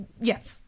yes